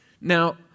Now